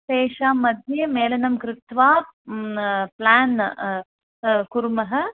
तेषां मध्ये मेलनं कृत्वा प्लान् कुर्मः